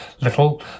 little